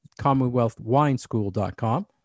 CommonwealthWineSchool.com